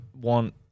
want